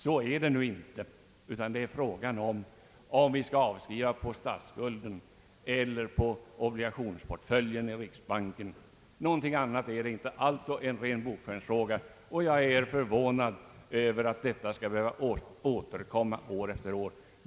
Så är inte fallet, utan frågan gäller om vi skall göra avskrivning på statsskulden eller på obligationsportföljen i riksbanken. Någonting annat gäller det inte, det är alltså en ren bokföringsfråga. Jag är förvånad över att denna fråga skall behöva återkomma år efter år.